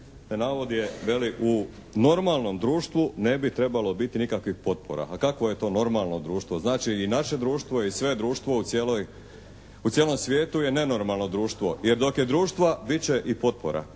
u normalnom društvu ne bi trebalo biti nikakvih potpora. A kakvo je to normalno društvo? Znači i naše društvo i sve društvo u cijelom svijetu je nenormalno društvo. Jer dok je društva bit će i potpora.